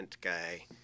guy